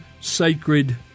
sacred